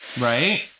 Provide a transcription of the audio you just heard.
Right